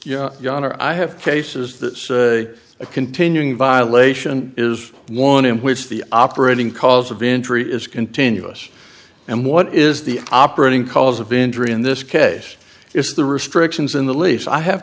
r i have cases that is a continuing violation is one in which the operating cause of intrigue is continuous and what is the operating cause of injury in this case is the restrictions in the lease i have